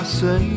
say